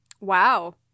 Wow